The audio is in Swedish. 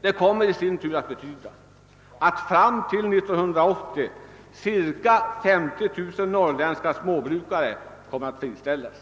Detta kommer i sin tur att innebära att fram till 1980 kommer cirka 50 000 norrländska småbrukare att friställas.